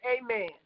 amen